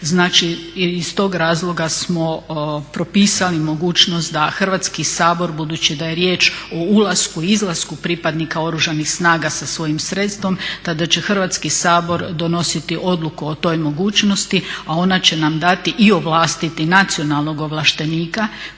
znači i iz tog razloga smo propisali mogućnost da Hrvatski sabor budući da je riječ o ulasku i izlasku pripadnika Oružanih snaga sa svojim sredstvom tada će Hrvatski sabor donositi odluku o toj mogućnosti a ona će nam dati i ovlastiti nacionalnog ovlaštenika